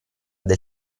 del